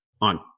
on